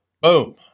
Boom